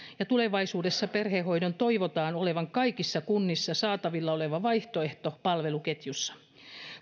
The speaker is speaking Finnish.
ja tulevaisuudessa perhehoidon toivotaan olevan kaikissa kunnissa saatavilla oleva vaihtoehto palveluketjussa